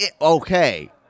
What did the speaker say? Okay